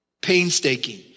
painstaking